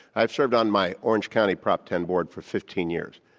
i've served on my orange county prop ten board for fifteen years.